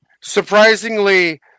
Surprisingly